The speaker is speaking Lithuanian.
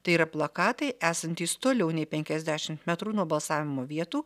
tai yra plakatai esantys toliau nei penkiasdešimt metrų nuo balsavimo vietų